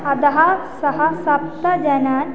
अतः सः सप्तजनान्